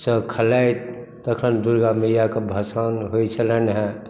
सँ खेलाइत तखन दुर्गा मैयाके भसाओन होइत छलनि हेँ